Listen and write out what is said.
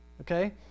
okay